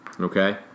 Okay